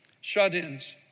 shut-ins